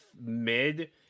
mid-